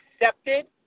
accepted